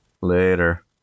Later